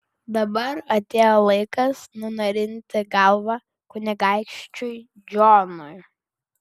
dabar atėjo laikas nunarinti galvą kunigaikščiui džonui